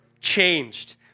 Changed